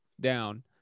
down